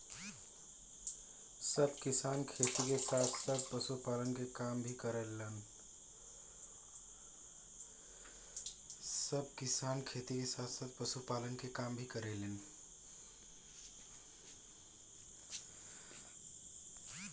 सब किसान खेती के साथ साथ पशुपालन के काम भी करेलन